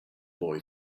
boy